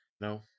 no